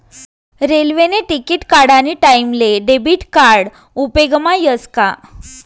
रेल्वेने तिकिट काढानी टाईमले डेबिट कार्ड उपेगमा यस का